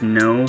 no